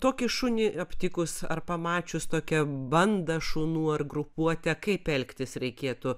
tokį šunį aptikus ar pamačius tokią bandą šunų ar grupuotę kaip elgtis reikėtų